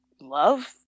love